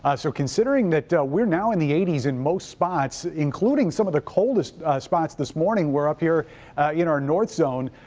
so considering that we're now in the eighty s in most spots, including some of the coldest spots this morning, we're up here in our north zone,